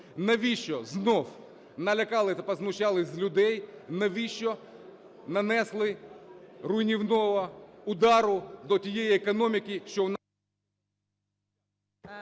навіщо знову налякали та познущалися з людей, навіщо нанесли руйнівного удару до тієї економіки, що у нас...